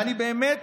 ואני באמת